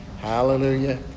Hallelujah